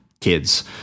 kids